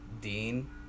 dean